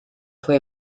fue